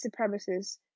supremacists